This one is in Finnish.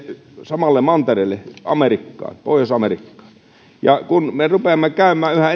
samalle mantereelle pohjois amerikkaan kun me rupeamme käymään